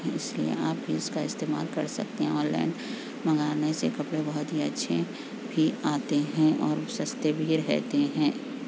اس لیے آپ اس کا استعمال کر سکتے ہیں آن لائن منگانے سے کپڑے بہت ہی اچھے بھی آتے ہیں اور سستے بھی رہتے ہیں